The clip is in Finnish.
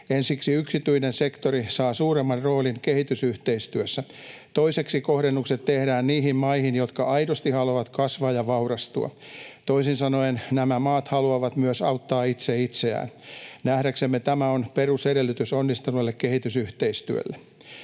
Ensiksi yksityinen sektori saa suuremman roolin kehitysyhteistyössä. Toiseksi kohdennukset tehdään niihin maihin, jotka aidosti haluavat kasvaa ja vaurastua. Toisin sanoen nämä maat haluavat myös auttaa itse itseään. Nähdäksemme tämä on perusedellytys onnistuneelle kehitysyhteistyölle.